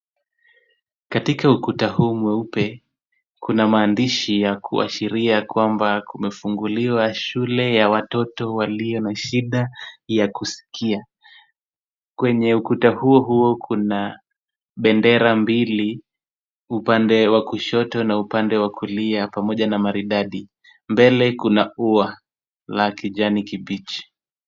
Katika ukuta huu mweupe kuna maandishi ya kuashiria kwamba kumefunguliwa shule ya watoto walio na shida ya kusikia. Kwenye ukuta huo huo kuna bendera mbili, upande wa kushoto na upande wa kulia pamoja na maridadi. Mbele kuna ua la kijani kibichi.